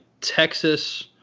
Texas